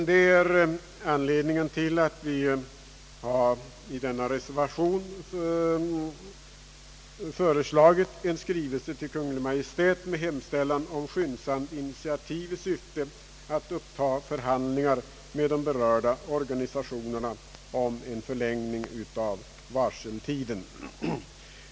Detta är anledningen till att vi i en reservation föreslagit att riksdagen i skrivelse till Kungl. Maj:t hemställer om skyndsamt initiativ i syfte att uppta förhandlingar med de berörda organisationerna om en förlängning av varseltiden.